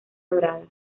dorada